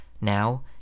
Now